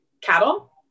Cattle